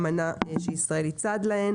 אמנה שישראל היא צד לה.